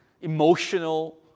emotional